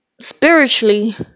spiritually